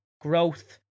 growth